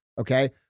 okay